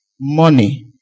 money